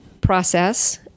process